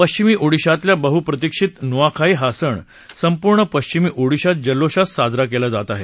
पश्चिमी ओडिशातला बहुप्रतीक्षित नुआखाई हा सण संपूर्ण पश्चिमी ओडिशात जल्लोषात साजरा केला जात आहे